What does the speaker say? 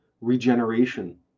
regeneration